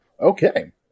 Okay